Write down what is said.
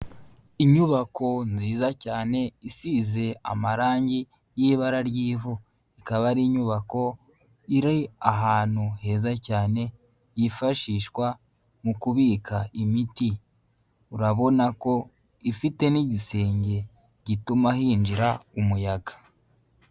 Inyubako nziza cyane isize amarangi y'ibara ry'ivu. Ikaba ari inyubako iri ahantu heza cyane, yifashishwa mu kubika imiti. Urabona ko ifite n'igisenge gituma hinjira umuyaga.